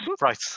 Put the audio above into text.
Right